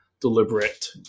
deliberate